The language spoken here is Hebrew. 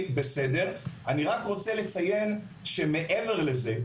אני רק רוצה לציין שמעבר לזה,